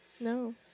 No